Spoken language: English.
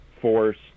forced